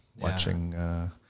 watching